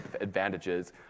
advantages